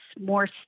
more